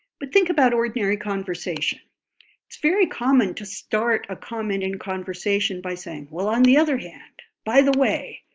but think about ordinary conversation it's very common to start a comment in conversation by saying, well on the other hand, by the way,